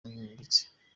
bwimbitse